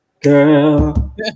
girl